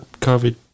COVID